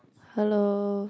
hello